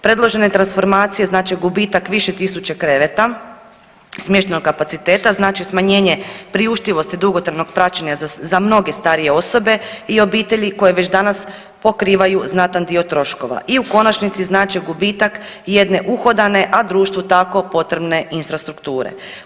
Predložene transformacije znače gubitak više tisuća kreveta smještajnog kapaciteta, znači smanjenje priuštivosti dugotrajnog praćenja za mnoge starije osobe i obitelji koje već danas pokrivaju znatan dio troškova i u konačnici znače gubitak jedne uhodane, a društvu tako potrebne infrastrukture.